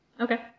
Okay